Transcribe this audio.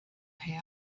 pay